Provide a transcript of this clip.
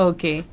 Okay